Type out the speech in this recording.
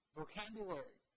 vocabulary